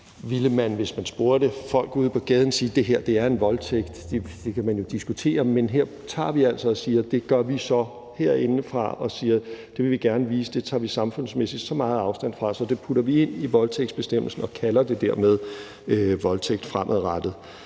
hvis man spurgte folk ude på gaden, sige, at det her er en voldtægt? Det kan man jo diskutere, men her siger vi altså herindefra: Vi vil gerne vise, at vi samfundsmæssigt tager så meget afstand fra det, at det putter vi ind i voldtægtsbestemmelsen og kalder det dermed fremadrettet